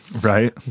Right